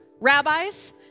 rabbis